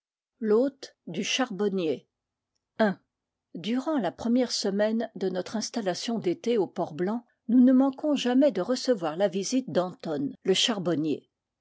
i durant la première semaine de notre installation d'été au port blanc nous ne manquons jamais de recevoir la visite d'antôn le charbonnier